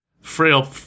frail